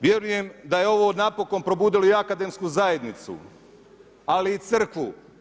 Vjerujem da je ovo napokon probudilo i akademsku zajednicu ali i crkvu.